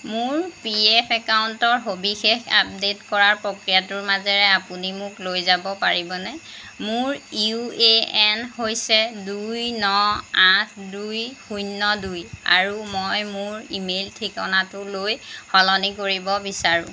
মোৰ P F একাউণ্টৰ সবিশেষ আপডে'ট কৰাৰ প্ৰক্ৰিয়াটোৰ মাজেৰে আপুনি মোক লৈ যাব পাৰিবনে মোৰ ইউ এ এন হৈছে দুই ন আঠ দুই শূন্য দুই আৰু মই মোৰ ইমেইল ঠিকনাটোলৈ সলনি কৰিব বিচাৰোঁ